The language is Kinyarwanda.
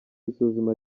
isuzuma